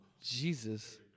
Jesus